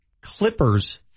Clippers